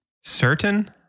certain